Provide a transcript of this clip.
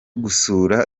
gusura